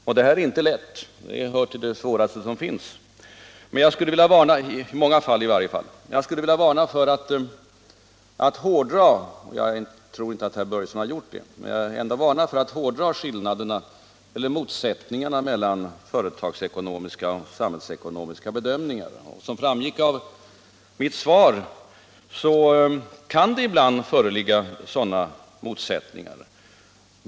Men detta är inte lätt — det hör i många fall till det svåraste som finns. Jag skulle vilja varna för att hårdra — jag tror inte att herr Börjesson har velat göra det — motsättningarna mellan företagsekonomiska och samhällsekonomiska bedömningar. Som framgick av mitt svar kan det ibland föreligga sådana motsättningar.